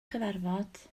cyfarfod